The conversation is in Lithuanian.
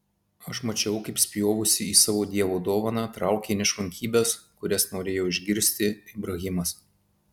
aš mačiau kaip spjovusi į savo dievo dovaną traukei nešvankybes kurias norėjo išgirsti ibrahimas